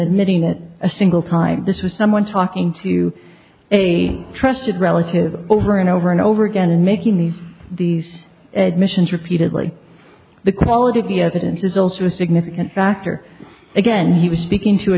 admitting that a single time this is someone talking to a trusted relative over and over and over again and making these these admissions repeatedly the quality of the evidence is also a significant factor again he was speaking to a